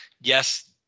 yes